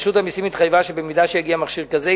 רשות המסים התחייבה שאם יגיע מכשיר כזה,